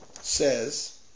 says